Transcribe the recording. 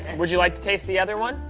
and would you like to taste the other one?